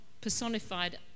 personified